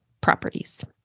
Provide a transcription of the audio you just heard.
properties